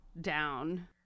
down